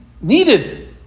needed